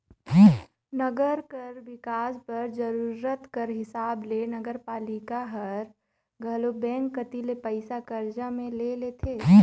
नंगर कर बिकास बर जरूरत कर हिसाब ले नगरपालिका हर घलो बेंक कती ले पइसा करजा में ले लेथे